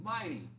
mighty